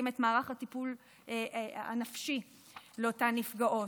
את מערך הטיפול הנפשי לאותן נפגעות.